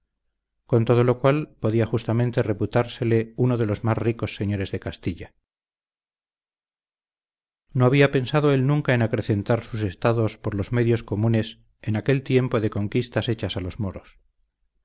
con todo lo cual podía justamente reputársele uno de los más ricos señores de castilla no había pensado él nunca en acrecentar sus estados por los medios comunes en aquel tiempo de conquistas hechas a los moros